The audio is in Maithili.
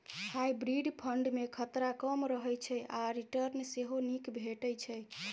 हाइब्रिड फंड मे खतरा कम रहय छै आ रिटर्न सेहो नीक भेटै छै